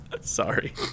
Sorry